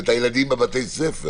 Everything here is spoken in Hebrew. את הילדים בבתי הספר.